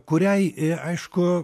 kuriai i aišku